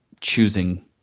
choosing